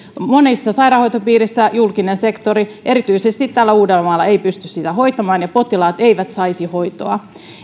monissa sairaanhoitopiireissä julkinen sektori erityisesti täällä uudellamaalla ei pysty niitä hoitamaan ja potilaat eivät saisi hoitoa